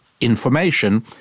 information